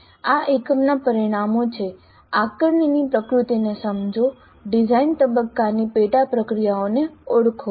આ એકમના પરિણામો છે આકારણીની પ્રકૃતિને સમજો ડિઝાઇન તબક્કાની પેટા પ્રક્રિયાઓ ઓળખો